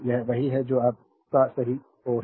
यह वही है जो आपका सही o है